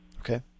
Okay